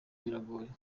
biragorana